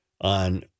on